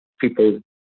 people